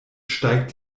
steigt